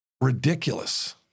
ridiculous